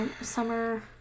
Summer